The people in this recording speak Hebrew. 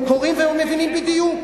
הם קוראים ומבינים בדיוק.